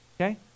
okay